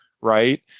right